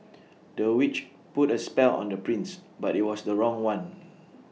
the witch put A spell on the prince but IT was the wrong one